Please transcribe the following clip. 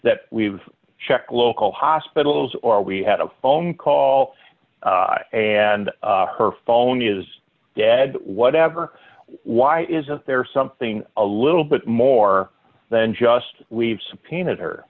that we've checked local hospitals or we had a phone call and her phone is dead whatever why isn't there something a little bit more than just we've subpoenaed her